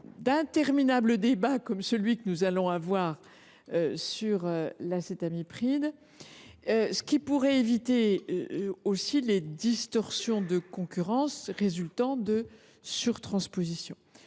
d’interminables débats, comme celui que nous allons avoir sur l’acétamipride. De même, cela éviterait les distorsions de concurrence résultant de surtranspositions.